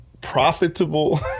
profitable